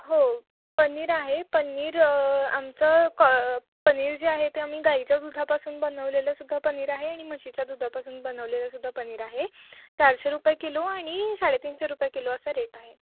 हो पनीर आहे पनीर आमचं कॉ पनीर जे आहे ते आम्ही गाईच्या दुधापासून बनवलेलं सुद्धा पनीर आहे आणि म्हशीच्या दुधापासून बनवलेलं सुद्धा पनीर आहे चारशे रुपये किलो आणि साडे तीनशे रुपये किलो असा रेट आहे